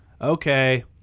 okay